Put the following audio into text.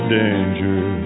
danger